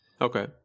Okay